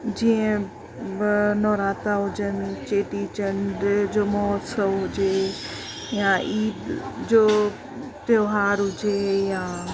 जीअं बि नौराता हुजनि चेटीचंड जो महोत्सव हुजे या ईद जो त्योहार हुजे या